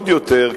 עוד יותר,